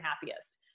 happiest